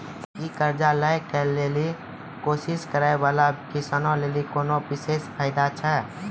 कि कर्जा लै के लेली कोशिश करै बाला किसानो लेली कोनो विशेष फायदा छै?